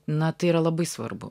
na tai yra labai svarbu